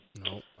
No